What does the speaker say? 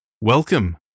Welcome